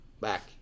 back